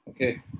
Okay